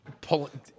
pulling